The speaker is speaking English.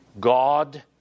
God